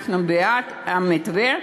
אנחנו בעד המתווה.